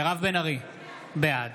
בעד